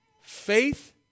Faith